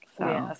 Yes